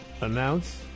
announce